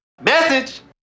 Message